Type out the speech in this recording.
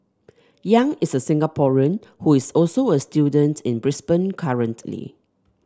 Yang is a Singaporean who is also a student in Brisbane currently